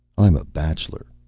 i'm a bachelor,